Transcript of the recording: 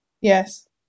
Yes